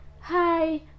hi